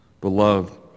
Beloved